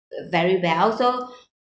uh very well so